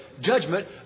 judgment